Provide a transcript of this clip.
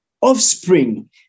offspring